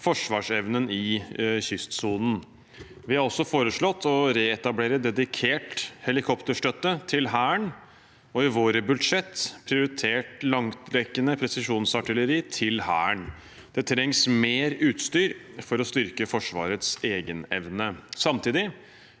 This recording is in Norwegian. forsvarsevnen i kystsonen. Vi har også foreslått å reetablere dedikert helikopterstøtte til Hæren og har i vårt budsjett prioritert langtrekkende presisjonsartilleri til Hæren. Det trengs mer utstyr for å styrke Forsvarets egenevne. Samtidig